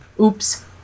oops